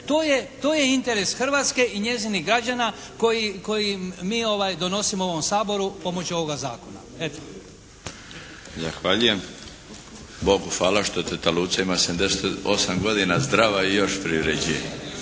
to je interes Hrvatske i njezinih građana koje mi donosimo u ovom Saboru pomoću ovoga zakona. **Milinović, Darko (HDZ)** Zahvaljujem. Bogu hvala što teta Luce ima 78 godina, zdrava je i još privređuje.